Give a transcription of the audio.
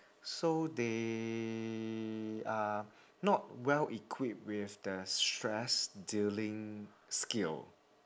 so they are not well equipped with the stress dealing skill